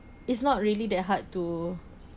it's not really that hard to